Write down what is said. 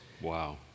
Wow